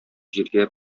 җиргә